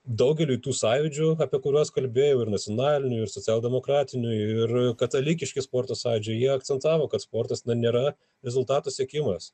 daugeliui tų sąjūdžių apie kuriuos kalbėjau ir nacionalinių ir socialdemokratinių ir katalikiški sporto sąjūdžiui jie akcentavo kad sportas na nėra rezultatų siekimas